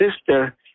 sister